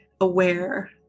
aware